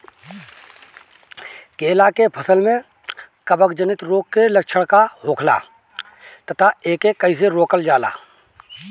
केला के फसल में कवक जनित रोग के लक्षण का होखेला तथा एके कइसे रोकल जाला?